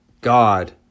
God